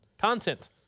Content